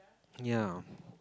ya